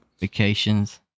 Vacations